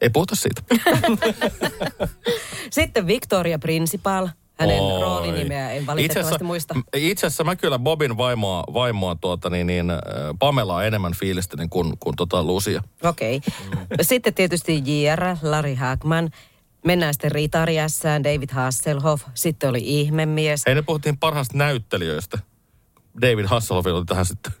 Ei puhuta siitä. Sitten Victoria Principal. Hänen Oi. roolinimeä en Itse asiassa- valitettavasti muista. itse asiassa mä kyllä Bobin vaimoa- vaimoa tuota niin, niin, äh, Pamelaa enemmän fiilistelin kuin- kuin tota Lucia. Okei. Sitten tietysti J.R. Larry Hagman. Mennään sitten Ritariässään. David Hasselhoff. Sitten oli ihmemies. Hei, nyt puhuttiin parhaasta näyttelijöistä. David Hasselhoff, jota tähän sitten-